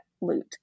loot